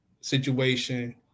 situation